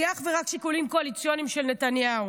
הם אך ורק שיקולים קואליציוניים של נתניהו,